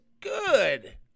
good